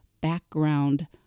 background